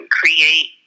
create